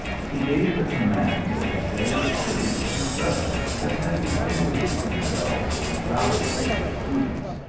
he gave the command of his various cities to such as had distinguished themselves by valour and prudence,